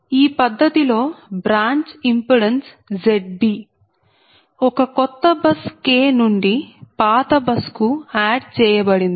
ఈ స్థితిలో branch impedance Zb ఒక కొత్త బస్ k నుండి పాత బస్ కు ఆడ్ చేయబడింది